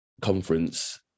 conference